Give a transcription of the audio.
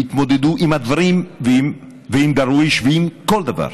והתמודדו עם הדברים, ועם דרוויש, ועם כל דבר.